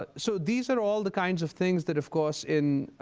but so these are all the kinds of things that, of course, in